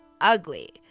ugly